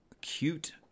cute